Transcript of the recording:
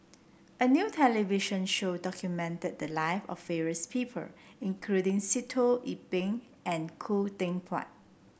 a new television show documented the live of various people including Sitoh Yih Pin and Khoo Teck Puat